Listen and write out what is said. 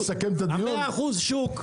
ה-100% שוק.